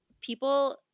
people